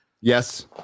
Yes